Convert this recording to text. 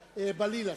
יש לי שאלה.